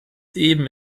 eben